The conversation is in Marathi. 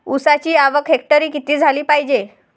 ऊसाची आवक हेक्टरी किती झाली पायजे?